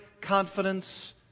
confidence